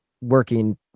working